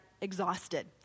exhausted